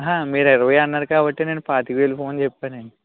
మీరు ఇరవై అన్నారు కాబట్టి నేను పాతిక వేలు ఫోన్ చెప్పాను అండి